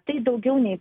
tai daugiau nei